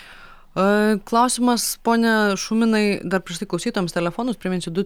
klausimas pone šuminai dar prieš tai klausytojams priminsiu telefonus priminsiu du